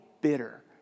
bitter